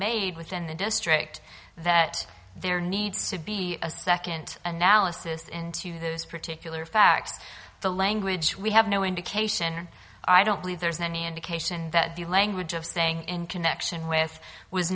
made within the district that there needs to be a second analysis into those particular facts the language we have no indication or i don't believe there's any indication that the language of saying in connection with w